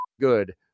good